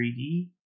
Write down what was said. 3d